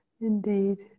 Indeed